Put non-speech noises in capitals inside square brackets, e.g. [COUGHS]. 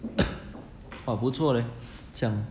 [COUGHS] ah 不错 leh 这样